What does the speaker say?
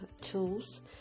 tools